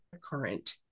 current